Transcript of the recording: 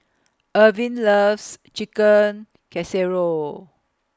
Irvine loves Chicken Casserole